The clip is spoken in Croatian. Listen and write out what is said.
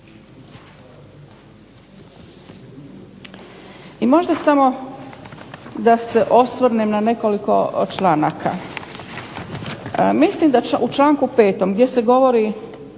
I možda samo da se osvrnem na nekoliko članaka. Mislim da u članku 5. gdje se govori